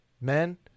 men